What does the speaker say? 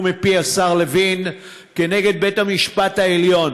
מפי השר לוין כנגד בית-המשפט העליון,